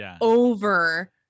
over